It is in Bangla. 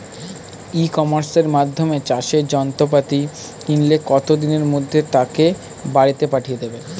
ই কমার্সের মাধ্যমে চাষের যন্ত্রপাতি কিনলে কত দিনের মধ্যে তাকে বাড়ীতে পাঠিয়ে দেবে?